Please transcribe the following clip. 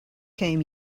came